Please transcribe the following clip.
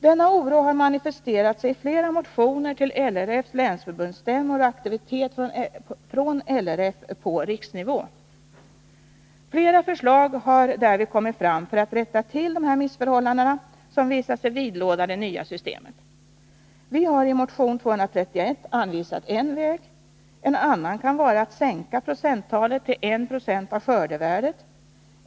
Denna oro har manifesterat sig i flera motioner till LRF:s länsförbundsstämmor och aktivitet från LRF på riksnivå. Flera förslag har därvid kommit fram för att rätta till de missförhållanden som visat sig vidlåda det nya systemet. Vi har i motion 231 anvisat en väg. En annan kan vara att sänka procenttalet till 1 96 av skördevärdet.